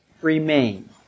remain